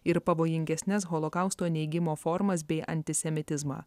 ir pavojingesnes holokausto neigimo formas bei antisemitizmą